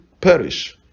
perish